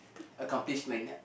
accomplishment